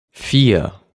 vier